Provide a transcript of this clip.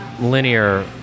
linear